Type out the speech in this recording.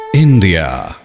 India